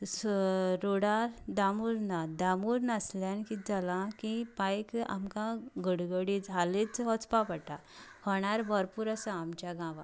रोडार दामोर ना दामोर नासल्यान कितें जालां की बायक आमकां घडये घडये हालयत वचपाक पडटा होंडार भरपूर आसा आमगेल्या गांवांत